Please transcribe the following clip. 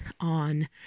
on